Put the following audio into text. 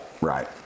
Right